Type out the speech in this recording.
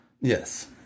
Yes